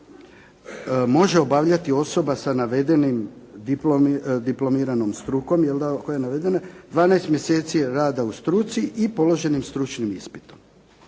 može obavljati osoba sa navedenim diplomiranom strukom koja je navedena 12 mjeseci rada u struci i položenim stručnim ispitom.